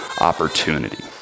opportunity